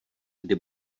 kdy